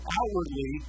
outwardly